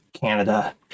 Canada